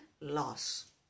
loss